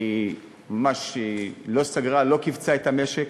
מה שלא סגרה, לא כיווצה את המשק,